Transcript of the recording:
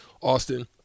Austin